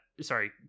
sorry